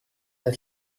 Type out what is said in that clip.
der